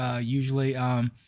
usually